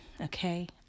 Okay